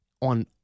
on